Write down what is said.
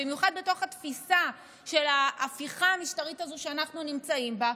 במיוחד בתוך התפיסה של ההפיכה המשטרית הזו שאנחנו נמצאים בה,